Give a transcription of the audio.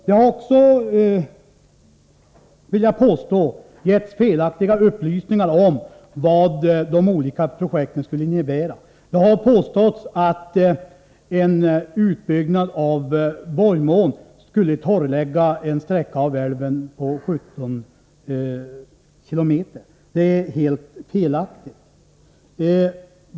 Det har också, vill jag påstå, lämnats felaktiga upplysningar om vad de olika projekten skulle innebära. Det har påståtts att en utbyggnad av Vojmån skulle torrlägga en sträcka på 17 km av älven. Det är helt felaktigt.